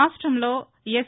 రాష్ట్రంలో ఎస్